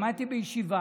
למדתי בישיבה,